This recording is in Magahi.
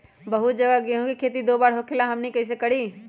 बहुत जगह गेंहू के खेती दो बार होखेला हमनी कैसे करी?